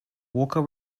walker